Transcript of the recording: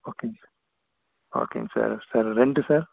ஓகேங்க சார் ஓகேங்க sir sir ரெண்ட்டு சார்